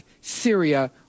Syria